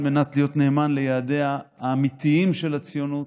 מנת להיות נאמן ליעדיה האמיתיים של הציונות,